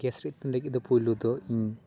gas ᱨᱮ ᱞᱟᱹᱜᱤᱫ ᱫᱚ ᱯᱩᱭᱞᱩ ᱫᱚ ᱤᱧ